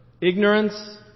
ignorance